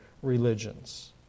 religions